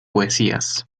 poesías